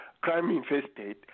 crime-infested